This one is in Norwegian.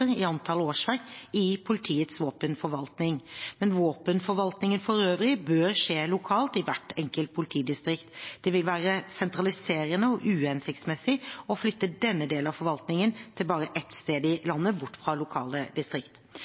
i antall årsverk i politiets våpenforvalting, men våpenforvaltningen for øvrig bør skje lokalt i hvert enkelt politidistrikt. Det vil være sentraliserende og uhensiktsmessig å flytte denne delen av forvaltningen til bare ett sted i landet, bort fra lokale